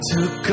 Took